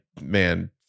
Man